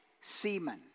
seamen